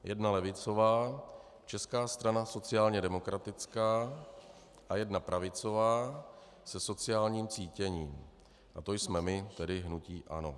Jedna levicová, Česká strana sociálně demokratická, a jedna pravicová se sociálním cítěním a to jsme my, tedy hnutí ANO.